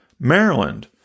Maryland